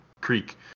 Creek